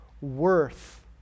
worth